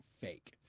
fake